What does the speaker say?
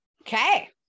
Okay